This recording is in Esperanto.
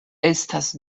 estas